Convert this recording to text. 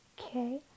Okay